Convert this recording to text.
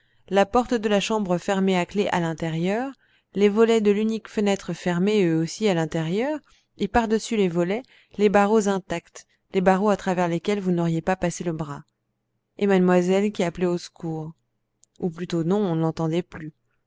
la porte de la chambre fermée à clef à l'intérieur les volets de l'unique fenêtre fermés eux aussi à l'intérieur et par-dessus les volets les barreaux intacts des barreaux à travers lesquels vous n'auriez pas passé le bras et mademoiselle qui appelait au secours ou plutôt non on ne l'entendait plus